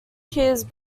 his